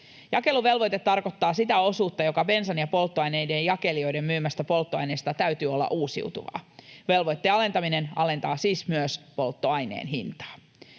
Jakeluvelvoite tarkoittaa sitä osuutta, joka bensan ja polttoaineiden jakelijoiden myymästä polttoaineesta täytyy olla uusiutuvaa. Velvoitteen alentaminen alentaa siis myös polttoaineen hintaa.